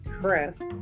Chris